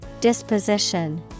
Disposition